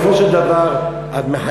זה תמריץ.